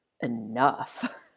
enough